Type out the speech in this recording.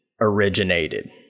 originated